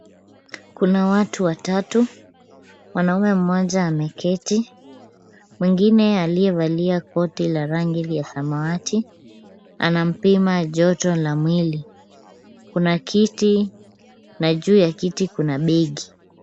Kuna watu watatu. Mwanamume mmoja ameketi, mwingine aliyevalia koti la rangi ya samawati anampima joto la mwili. Kuna kiti na juu ya kiti kuna begi .